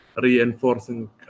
reinforcing